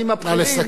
נא לסכם.